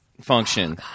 function